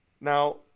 now